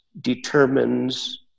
determines